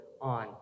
on